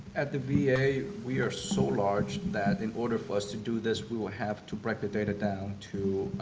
at the v a, we are so large that in order for us to do this, we would have to break the data down to